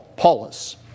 Paulus